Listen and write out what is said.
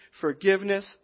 forgiveness